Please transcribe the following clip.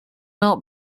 not